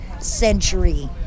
century